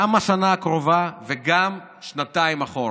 גם בשנה הקרובה וגם שנתיים אחורה,